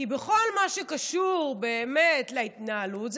כי בכל מה שקשור באמת להתנהלות,